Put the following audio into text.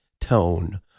tone